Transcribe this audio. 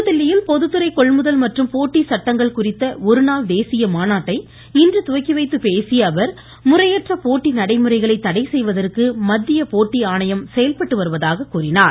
புதுதில்லியில் பொதுத்துறை கொள்முதல் மற்றும் போட்டி சட்டங்கள் குறித்த ஒருநாள் தேசிய மாநாட்டை இன்று துவக்கி வைத்துப் பேசியஅவர் முறையற்ற போட்டி நடைமுறைகளை தடை செய்வதற்கு மத்திய போட்டி ஆணையம் செயல்பட்டு வருவதாக கூறினார்